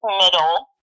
middle